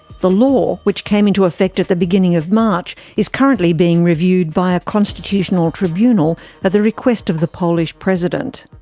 the law, which came into effect at the beginning of march, is currently being reviewed by a constitutional tribunal at the request of the polish president.